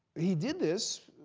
he did this,